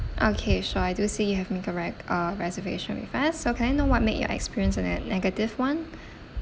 okay sure I do see you have made a re~ uh reservation with us so can I know what made your experience a ne~ negative one